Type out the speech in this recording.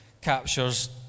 captures